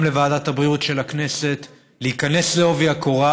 גם לוועדת הבריאות של הכנסת להיכנס בעובי הקורה